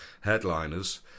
headliners